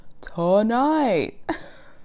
tonight